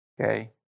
Okay